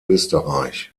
österreich